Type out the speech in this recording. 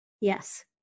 Yes